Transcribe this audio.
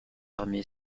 armées